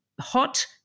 hot